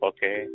Okay